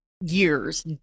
years